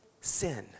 sin